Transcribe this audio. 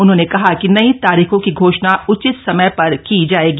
उन्होंने कहा कि नई तारीखों की घोषणा उचित समय पर की जाएगी